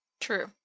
True